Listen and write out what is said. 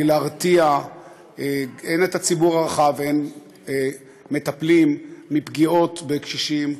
להרתיע הן את הציבור הרחב והן מטפלים מפגיעה בקשישים,